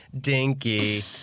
Dinky